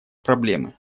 проблемы